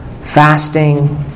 fasting